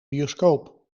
bioscoop